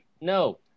No